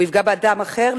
הוא יפגע באדם אחר,